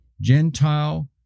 Gentile